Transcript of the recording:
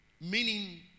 meaning